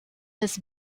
his